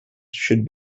should